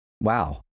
Wow